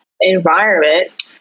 environment